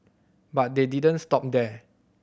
but they didn't stop there